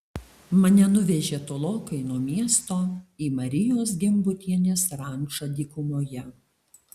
mane nuvežė tolokai nuo miesto į marijos gimbutienės rančą dykumoje